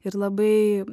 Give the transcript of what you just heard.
ir labai